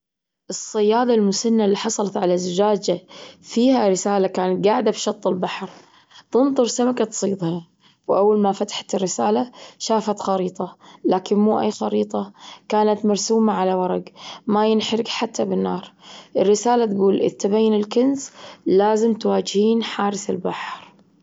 الصيادة المسنة اللي حصلت على زجاجة فيها رسالة كانت جاعدة بشط البحر، تنطر سمكة تصيدها، وأول ما فتحت الرسالة شافت خريطة، لكن مو أي خريطة كانت مرسومة على ورق ما ينحرق حتى بالنار، الرسالة تقول إن تبين الكنز لازم تواجهين حارس البحر.